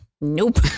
Nope